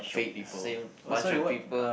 face same bunch of people